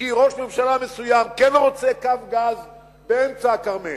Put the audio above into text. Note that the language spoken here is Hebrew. כי ראש ממשלה מסוים כן רוצה קו גז באמצע הכרמל.